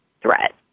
threat